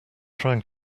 trying